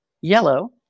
Yellow